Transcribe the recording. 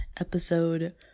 episode